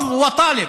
(אומר בערבית: תיקח ותדרוש,)